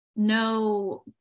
no